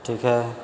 ٹھیک ہے